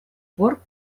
пор